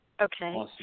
Okay